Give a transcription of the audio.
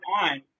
on